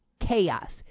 chaos